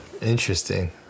Interesting